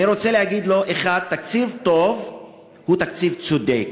אני רוצה להגיד לו: 1. תקציב טוב הוא תקציב צודק.